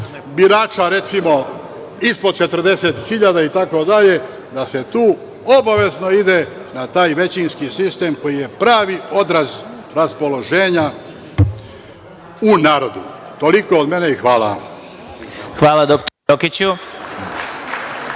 birača, recimo, ispod 40.000 itd, da se tu obavezno ide na taj većinski sistem, koji je pravi odraz raspoloženja u narodu. Toliko od mene. Hvala. **Vladimir Marinković**